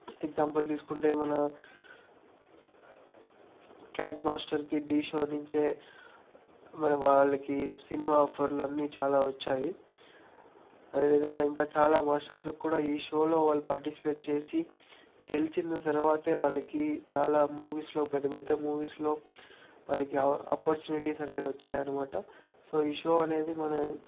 example తీసుకుంటే మన క్యాట్ మాస్టర్కి ఢీ షో నుంచే మరి వాళ్ళకి సినిమా ఆఫర్లు అన్నీ చాలా వచ్చాయి అదేవిధంగా ఇంకా చాలా మాస్టర్స్ కూడా ఈ షోలో వాళ్ళు పార్టిసిపేట్ చేసి గెలిచిన తర్వాతే వాళ్ళకి చాలా మూవీస్లో పెద్ద పెద్ద మూవీస్లో వాళ్ళకి ఆపర్చునిటీస్ అనేది వచ్చాయన్నమాట సో ఈ షో అనేది మన